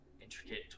intricate